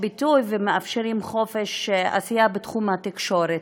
ביטוי ומאפשרים חופש עשייה בתחום התקשורת.